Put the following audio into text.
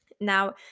Now